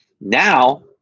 now